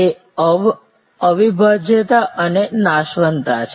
તે અવિભાજયતા અને નશવનતા છે